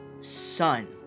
son